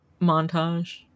montage